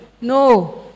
No